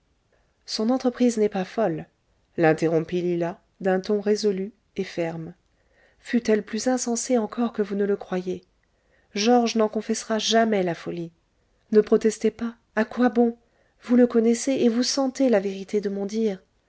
son entreprise n'est pas folle l'interrompit lila d'un ton résolu et ferme fût-elle plus insensée encore que vous ne le croyez georges n'en confessera jamais la folie ne protestez pas a quoi bon vous le connaissez et vous sentez la vérité de mon dire